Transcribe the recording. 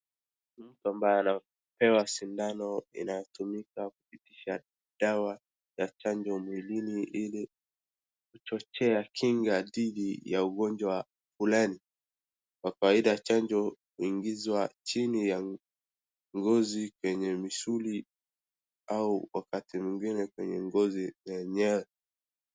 Mtu ambaye anapewa sindano inayotumika kupitisha dawa ya chanjo mwilini ili kuchochea kinga dhidi ya ugonjwa fulani. Kwa kawaida chanjo huingizwa chini ya ngozi yenye misuli au wakati mwingine kwenye ngozi ya nyama.